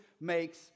makes